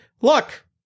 look